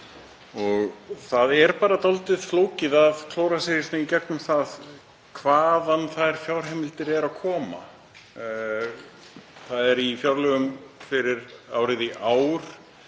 og það er dálítið flókið að klóra sig í gegnum það hvaðan þær fjárheimildir koma. Í fjárlögum fyrir árið í ár